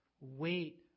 Wait